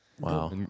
wow